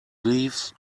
leaves